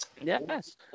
Yes